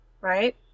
right